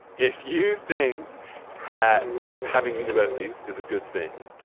if you think that having universities is a good thing,